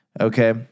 Okay